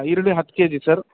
ಈರುಳ್ಳಿ ಹತ್ತು K G sir